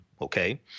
okay